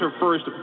first